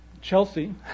Chelsea